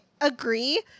agree